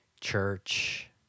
church